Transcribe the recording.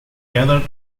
gathered